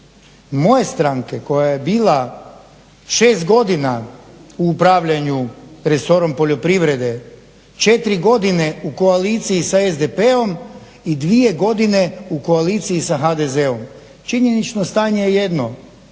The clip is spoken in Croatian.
moje stranke koja je bila 6 godina u upravljanju resorom poljoprivrede, 4 godine u koaliciji sa SDP-om i 2 godine u koaliciji sa HDZ-om, činjenično stanje je jedno.